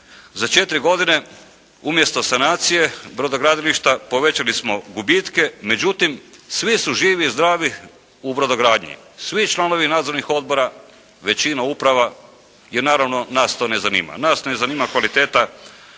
Za 4 godine umjesto sanacije brodogradilišta povećali smo gubitke, međutim svi su živi i zdravi u brodogradnji, svi članovi nadzornih odbora, većina uprava jer naravno nas to ne zanima. Nas ne zanima kvaliteta